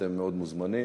אתם מאוד מוזמנים.